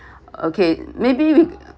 okay maybe we